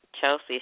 Chelsea